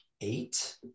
eight